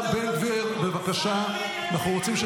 כלומניק,